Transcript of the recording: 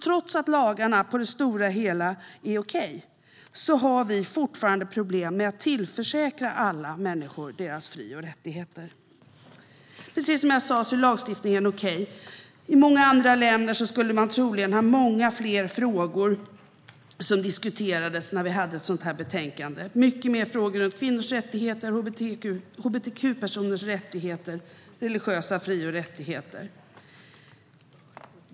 Trots att lagarna på det stora hela är okej finns fortfarande problem med att tillförsäkra alla människor deras fri och rättigheter. Precis som jag sa är lagstiftningen okej. I många andra länder skulle det troligen finnas många fler frågor att diskutera i ett sådant här betänkande. Det skulle finns många fler frågor om kvinnors rättigheter, hbtq-personers rättigheter och religiösa fri och rättigheter.